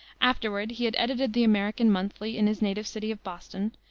afterward he had edited the american monthly in his native city of boston,